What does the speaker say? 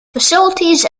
facilities